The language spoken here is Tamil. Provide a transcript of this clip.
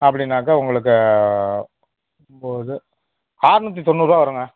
அப்படினாக்க உங்களுக்கு ஒன்போது ஆற்நூற்றி தொண்ணூற்ருபா வருங்க